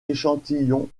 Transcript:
échantillons